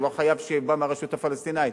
לא חייב שהוא בא מהרשות הפלסטינית.